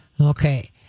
Okay